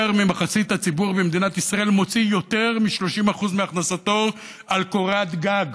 יותר ממחצית הציבור במדינת ישראל מוציא יותר מ-30% מהכנסתו על קורת גג.